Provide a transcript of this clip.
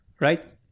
right